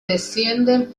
descienden